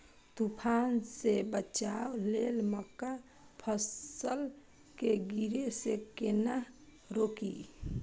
तुफान से बचाव लेल मक्का फसल के गिरे से केना रोकी?